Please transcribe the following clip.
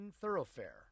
Thoroughfare